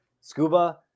scuba